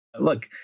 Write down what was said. look